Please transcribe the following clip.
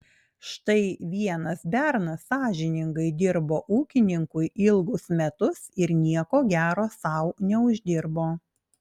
štai vienas bernas sąžiningai dirbo ūkininkui ilgus metus ir nieko gero sau neuždirbo